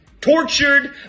tortured